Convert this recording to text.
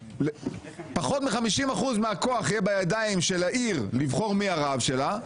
פחות מ-50% מהכוח יהיה בידיים של העיר לבחור מי הרב שלה,